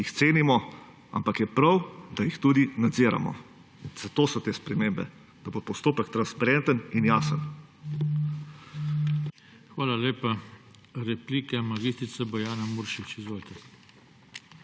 jih cenimo, ampak je prav, da jih tudi nadziramo. Zato so te spremembe, da bo postopek transparenten in jasen.